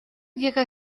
llega